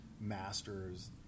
masters